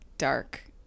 Dark